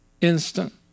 instant